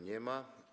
Nie ma.